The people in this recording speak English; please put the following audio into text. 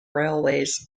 railways